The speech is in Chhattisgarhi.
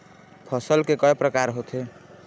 फसल के कय प्रकार होथे?